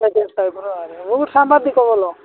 ବହୁତ ସାମ୍ବାଦିକ ଭଲ